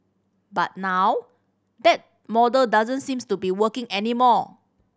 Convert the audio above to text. but now that model doesn't seems to be working anymore